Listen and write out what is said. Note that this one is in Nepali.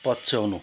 पछ्याउनु